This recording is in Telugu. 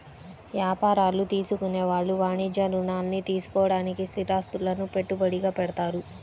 యాపారాలు చేసుకునే వాళ్ళు వాణిజ్య రుణాల్ని తీసుకోడానికి స్థిరాస్తులను పెట్టుబడిగా పెడతారు